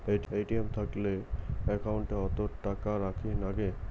ATM থাকিলে account ওত কত টাকা রাখীর নাগে?